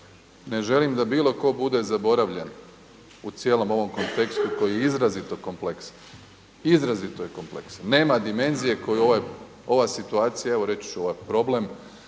Ne želim da bilo tko bude zaboravljen u cijelom ovom kontekstu koji je izrazito kompleksan, izrazito je kompleksan. Nema dimenzije koju ova situacija, evo reći ću ovaj problem